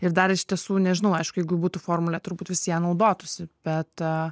ir dar iš tiesų nežinau aišku jeigu būtų formulė turbūt visi ja naudotųsi bet